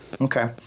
Okay